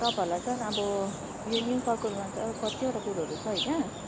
तपाईँहरूलाई चाहिँ अब यो न्यु सर्कुलरमा त कतिवटा कुरोहरू छ होइन